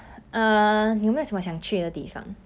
poland russia like eastern europe